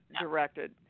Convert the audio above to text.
directed